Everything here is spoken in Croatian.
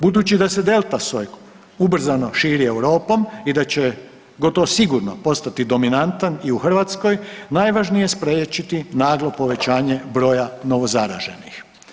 Budući da se delta soj ubrzano širi Europom i da će gotovo sigurno postati dominantan i u Hrvatskoj, najvažnije je spriječiti naglo povećanje broja novozaraženih.